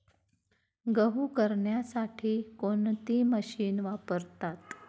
गहू करण्यासाठी कोणती मशीन वापरतात?